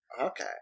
Okay